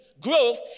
growth